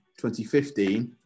2015